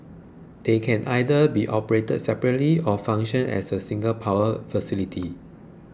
they can either be operated separately or function as a single power facility